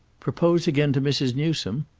propose again to mrs. newsome?